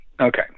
okay